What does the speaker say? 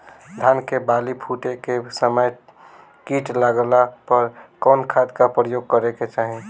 धान के बाली फूटे के समय कीट लागला पर कउन खाद क प्रयोग करे के चाही?